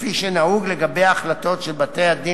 כפי שנהוג לגבי החלטות של בתי-הדין